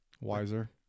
wiser